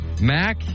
mac